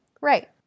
Right